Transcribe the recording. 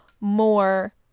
more